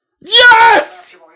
Yes